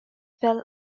fell